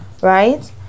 right